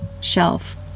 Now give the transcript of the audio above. shelf